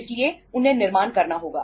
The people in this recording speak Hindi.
इसलिए उन्हें निर्माण करना होगा